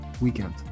weekend